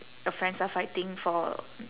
your friends are fighting for